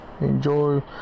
enjoy